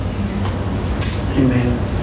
Amen